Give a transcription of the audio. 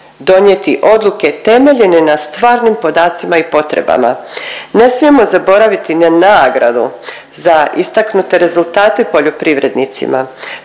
donijeti odluke temeljene na stvarnim podacima i potrebama. Ne smijemo zaboraviti na nagradu za istaknute rezultate poljoprivrednicima.